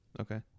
okay